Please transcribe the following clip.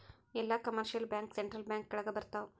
ಎಲ್ಲ commercial bank central bank ಕೆಳಗ ಬರತಾವ